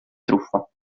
truffa